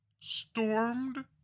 stormed